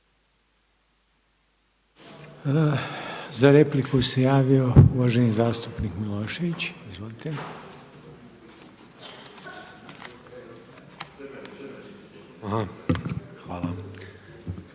Za repliku se javio uvaženi zastupnik Milošević. Izvolite.